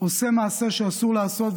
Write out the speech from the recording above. עושה מעשה שאסור לעשות,